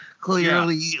clearly